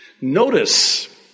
Notice